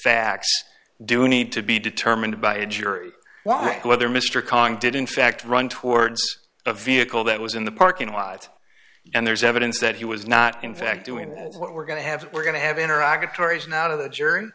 facts do need to be determined by a jury whether mr khan did in fact run towards a vehicle that was in the parking lot and there's evidence that he was not in fact doing what we're going to have we're going to have interacted tori's now out of the jury